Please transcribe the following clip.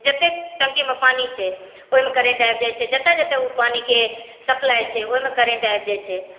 जतेक टंकीमे पानी छै ओहिमे करेंट आबि जाइ छै जतय जतय ओ पानीके सप्लाई छै ओहिमे करेंट आबि जाइ छै